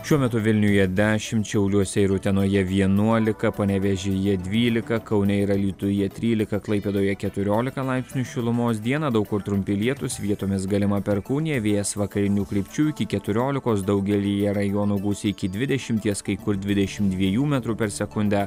šiuo metu vilniuje dešimt šiauliuose ir utenoje vienuolika panevėžyje dvylika kaune ir alytuje trylika klaipėdoje keturiolika laipsnių šilumos dieną daug kur trumpi lietūs vietomis galima perkūnija vėjas vakarinių krypčių iki keturiolikos daugelyje rajonų gūsiai iki dvidešimties kai kur dvidešimt dviejų metrų per sekundę